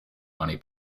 money